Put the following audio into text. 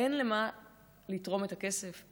אין למה לתרום את הכסף?